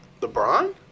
LeBron